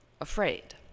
afraid